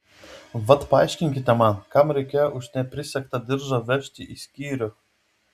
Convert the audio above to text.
vat paaiškinkite man kam reikėjo už neprisegtą diržą vežti į skyrių